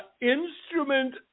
instrument